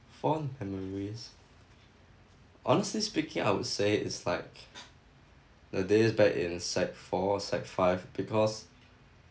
fond memories honestly speaking I would say is like the days back in sec four sec five because